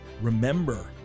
Remember